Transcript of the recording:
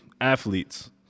athletes